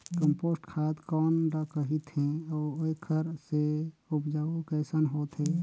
Compost खाद कौन ल कहिथे अउ एखर से उपजाऊ कैसन होत हे?